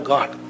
God